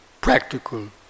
practical